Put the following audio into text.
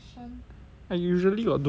I usually got do [one] eh